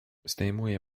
zdejmuje